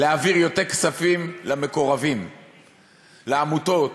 להעביר יותר כספים למקורבים, לעמותות,